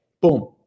boom